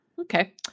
Okay